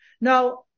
Now